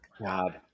God